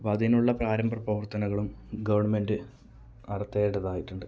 അപ്പോൾ അതിനുളള പ്രാരംഭ പ്രവർത്തനങ്ങളും ഗവൺമെന്റ് നടത്തേണ്ടതായിട്ടുണ്ട്